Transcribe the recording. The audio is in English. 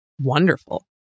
wonderful